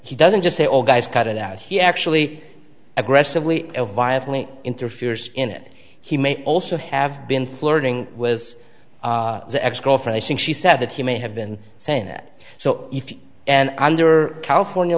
he doesn't just say all guys cut it out he actually aggressively violently interferes in it he may also have been flirting was the ex girlfriend saying she said that he may have been saying that so if you and i under california